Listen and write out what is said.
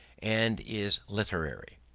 and is literary.